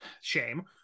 shame